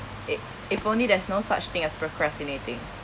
if if only there's no such thing as procrastinating